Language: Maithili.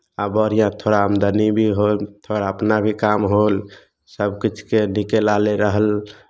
आ बढ़िआँ थोड़ा आमदनी भी होल थोड़ा अपना भी काम होल सभ किछुके नीके ना लेल रहल